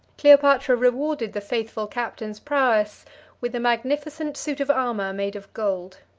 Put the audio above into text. cleopatra rewarded the faithful captain's prowess with a magnificent suit of armor made of gold.